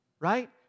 Right